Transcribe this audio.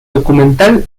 documental